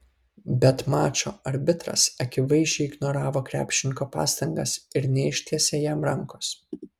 bet mačo arbitras akivaizdžiai ignoravo krepšininko pastangas ir neištiesė jam rankos